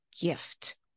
gift